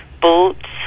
boots